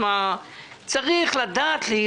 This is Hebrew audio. צריך לדעת להיות